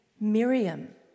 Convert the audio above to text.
Miriam